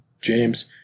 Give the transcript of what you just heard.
James